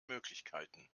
möglichkeiten